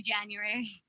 January